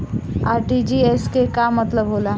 RTGS के का मतलब होला?